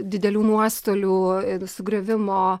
didelių nuostolių ir sugriuvimo